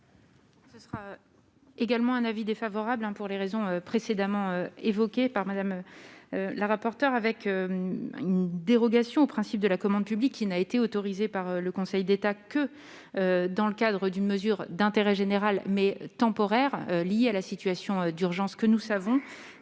ministre. également un avis défavorable pour les raisons précédemment évoqués par Madame la rapporteure avec une dérogation au principe de la commande publique qui n'a été autorisée par le Conseil d'État, que dans le cadre d'une mesure d'intérêt général mais temporaire lié à la situation d'urgence que nous savons,